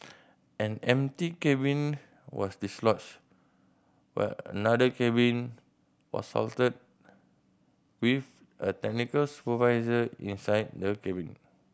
an empty cabin was dislodged while another cabin was halted with a technical supervisor inside the cabin